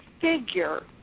figure